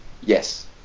Yes